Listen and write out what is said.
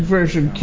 Version